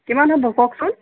কিমান হ'ব কওকচোন